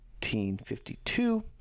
1952